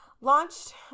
launched